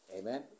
Amen